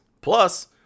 plus